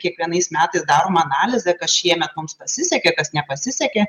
kiekvienais metais darom analizę kas šiemet mums pasisekė kas nepasisekė